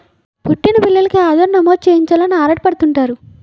పుట్టిన పిల్లోలికి ఆధార్ నమోదు చేయించాలని ఆరాటపడుతుంటారు